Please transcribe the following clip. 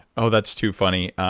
so that's too funny.